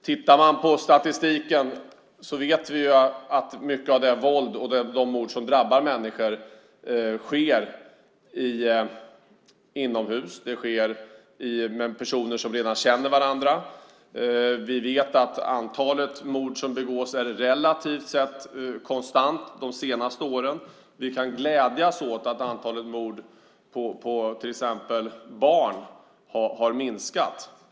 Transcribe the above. Från statistiken vet vi att mycket av det våld och de mord som drabbar människor sker inomhus och mellan personer som sedan tidigare känner varandra. Vi vet också att antalet mord som begås relativt sett har varit konstant under de senaste åren. Vi kan glädjas åt att antalet mord på barn exempelvis har minskat.